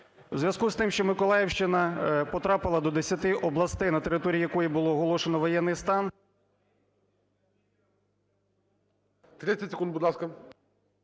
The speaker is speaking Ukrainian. У зв'язку з тим, що Миколаївщина потрапила до десяти областей, на території якої було оголошено воєнний стан… Веде засідання